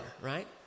right